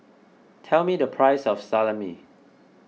tell me the price of Salami